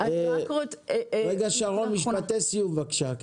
רגע שרון, משפטי סיום בבקשה.